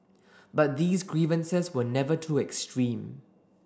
but these grievances were never too extreme